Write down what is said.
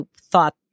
thought